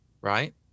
right